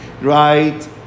Right